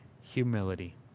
humility